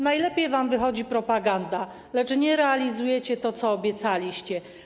Najlepiej wam wychodzi propaganda, lecz nie realizujecie tego, co obiecaliście.